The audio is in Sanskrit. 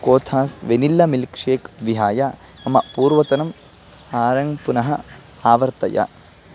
कोथास् वेनिल्ला मिल्क् शेक् विहाय मम पूर्वतनम् आरङ्ग् पुनः आवर्तय